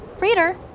Reader